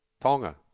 Tonga